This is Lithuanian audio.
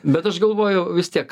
bet aš galvoju vis tiek